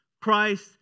Christ